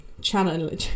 channel